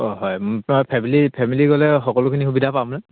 অঁ হয় family family গ'লে সকলোখিনি সুবিধা পাম নহয়